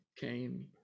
came